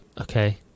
Okay